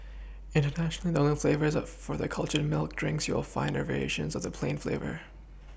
internationally the only flavours for their cultured milk drinks you will find are variations of the plain flavour